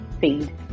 feed